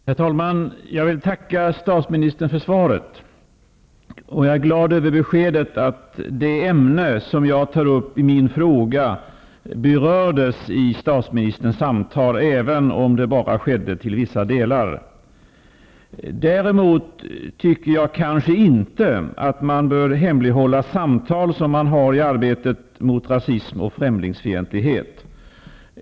Herr talman! Jag vill tacka statsministern för svaret. Jag är glad över beske det att det ämne som jag tar upp i min fråga berördes i statsministerns sam tal, även om det skedde bara till vissa delar. Däremot tycker jag kanske inte att man bör hemlighålla samtal som man för i arbetet mot rasism och främlingsfientlighet.